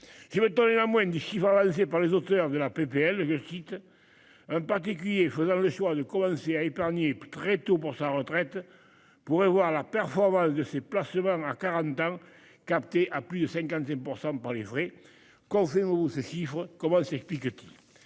qui veut donner la moins des chiffres avancés par les auteurs de la PPL, je cite. Un particulier faisant le choix de commencer à épargner. Très tôt pour sa retraite pourrait voir la performance de ces placements 40 ans capter à plus de 55% par les vrais quand c'est où ces chiffres. Comment s'explique-t-il.